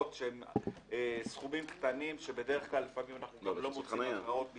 שקלים אנחנו מדברים על אגרות שהן בסכומים